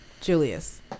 Julius